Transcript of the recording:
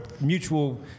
mutual